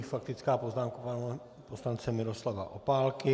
Nyní faktická poznámka pana poslance Miroslava Opálky.